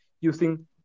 using